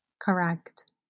Correct